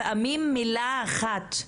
לפעמים מילה אחת,